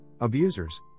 abusers